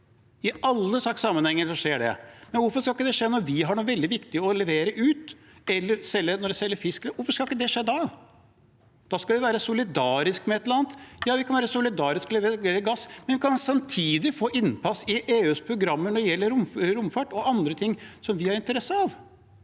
I alle slags sammenhenger skjer det. Så hvorfor skal ikke det skje når vi har noe veldig viktig å levere, eller når vi selger fisk, hvorfor skal ikke det skje da? Nei, da skal vi være solidariske med et eller annet. Ja, vi kan være solidariske og levere gass, men vi kan samtidig få innpass i EUs programmer når det gjelder romfart og andre ting som vi har interesse av.